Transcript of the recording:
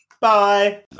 Bye